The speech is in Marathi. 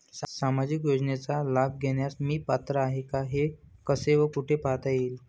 सामाजिक योजनेचा लाभ घेण्यास मी पात्र आहे का हे कसे व कुठे पाहता येईल?